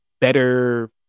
better